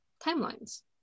timelines